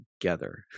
together